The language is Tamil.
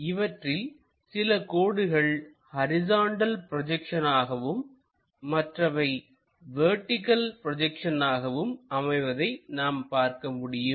இவற்றில் சில கோடுகள் ஹரிசாண்டல் ப்ரொஜெக்ஷனாகவும் மற்றவை வெர்டிகள் ப்ரொஜெக்ஷனாகவும் அமைவதை நாம் பார்க்க முடியும்